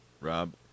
Rob